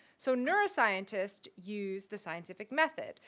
so neuroscientists use the scientific method.